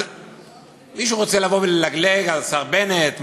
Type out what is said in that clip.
אז מישהו רוצה לבוא וללגלג על השר בנט,